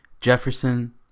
Jefferson